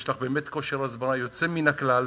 יש לך באמת כושר הסבר יוצא מן הכלל,